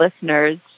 listeners